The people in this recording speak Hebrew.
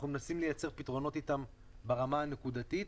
אנחנו מנסים לייצר איתם פתרונות ברמה הנקודתית.